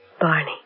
Barney